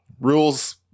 Rules